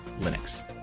Linux